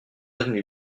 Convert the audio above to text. avenue